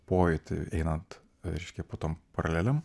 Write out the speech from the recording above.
pojūtį einant reiškia po tom paralelėm